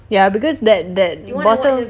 ya because that that bottle